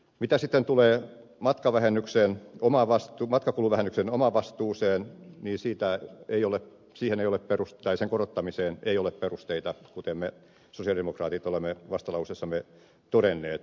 mitä sitten tulee matkakuluvähennyksen omavastuuseen ei sitä ei ole siihen ei ole perus tai sen korottamiseen ei ole perusteita kuten me sosialidemokraatit olemme vastalauseessamme todenneet